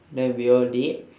then we all did